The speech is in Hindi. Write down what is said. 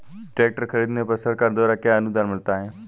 ट्रैक्टर खरीदने पर सरकार द्वारा क्या अनुदान मिलता है?